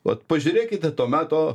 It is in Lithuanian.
vat pažiūrėkite to meto